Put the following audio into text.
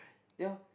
ya